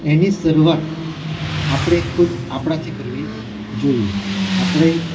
એની શરૂઆત આપણે ખુદ આપણાથી કરવી જોઈએ આપણે